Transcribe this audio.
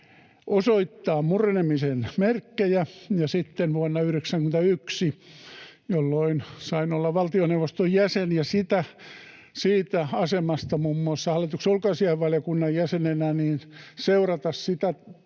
osoittaa murenemisen merkkejä. Vuonna 91 sain olla valtioneuvoston jäsen ja siitä asemasta muun muassa hallituksen ulkoasiainvaliokunnan jäsenenä seurata sitä